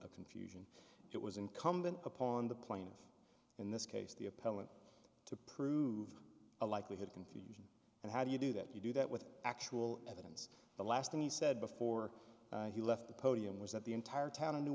of confusion it was incumbent upon the plaintiff in this case the appellant to prove a likelihood confusion and how do you do that you do that with actual evidence the last thing he said before he left the podium was that the entire town of new